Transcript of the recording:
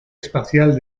espacial